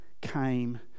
came